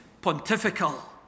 pontifical